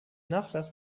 nachlass